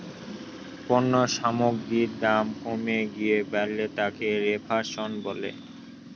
পণ্য সামগ্রীর দাম কমে গিয়ে বাড়লে তাকে রেফ্ল্যাশন বলে